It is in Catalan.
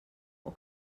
que